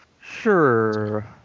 Sure